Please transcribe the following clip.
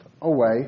away